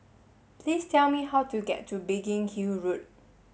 please tell me how to get to Biggin Hill Road